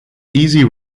easy